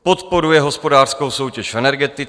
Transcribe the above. Podporuje hospodářskou soutěž v energetice.